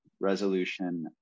Resolution